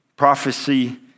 Prophecy